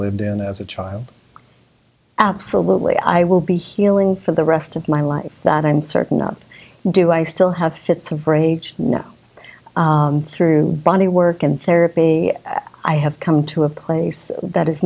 lived in as a child absolutely i will be healing for the rest of my life that i'm certain of do i still have fits of rage now through body work and therapy i have come to a place that is